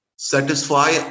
satisfy